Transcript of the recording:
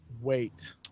wait